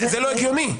זה לא הגיוני.